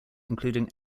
including